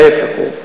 ההפך,